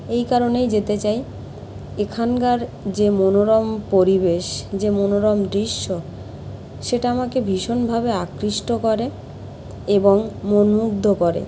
এই কারণেই যেতে চাই এখানকার যে মনোরম পরিবেশ যে মনোরম দৃশ্য সেটা আমাকে ভীষণভাবে আকৃষ্ট করে এবং মনমুগ্ধ করে